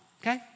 okay